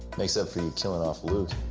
makes up for you killing off luke.